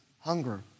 hunger